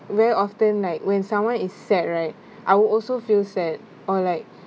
very often like when someone is sad right I will also feel sad or like